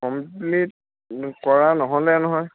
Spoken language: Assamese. কমপ্লিট কৰা নহ'লে নহয়